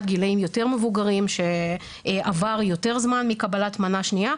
גילאים יותר מבוגרת שעבר יותר זמן מקבלת מנה שנייה,